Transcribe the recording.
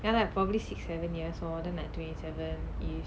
ya lah probably six seven years lor then like twenty sevenish